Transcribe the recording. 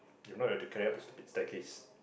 if not we'll have to carry up the stupid staircase